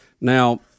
Now